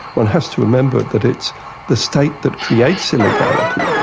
one has to remember that it's the state that creates illegality,